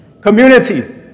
Community